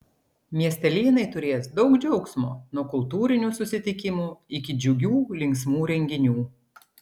miestelėnai turės daug džiaugsmo nuo kultūrinių susitikimų iki džiugių linksmų renginių